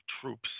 troops